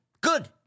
Good